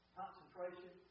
concentration